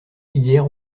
hier